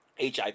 hiv